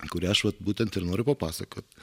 kurią aš vat būtent ir noriu papasakot